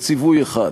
לציווי אחד,